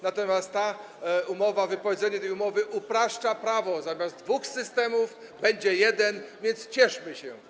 Natomiast wypowiedzenie tej umowy upraszcza prawo, zamiast dwóch systemów będzie jeden, więc cieszmy się.